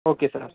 okay sir